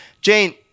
Jane